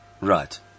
Right